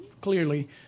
clearly